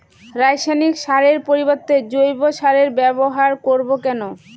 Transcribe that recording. রাসায়নিক সারের পরিবর্তে জৈব সারের ব্যবহার করব কেন?